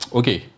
okay